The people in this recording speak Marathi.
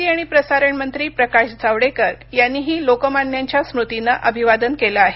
माहिती आणि प्रसारण मंत्री प्रकाश जावडेकर यांनीही लोकमान्यांच्या स्मृतींना अभिवादन केलं आहे